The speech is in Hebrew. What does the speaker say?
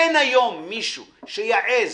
אין היום מישהו שיעז,